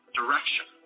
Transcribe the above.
direction